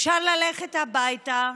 אפשר ללכת הביתה.